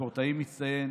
ספורטאי מצטיין,